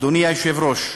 אדוני היושב-ראש,